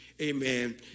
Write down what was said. Amen